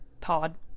pod